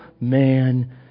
man